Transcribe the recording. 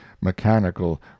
mechanical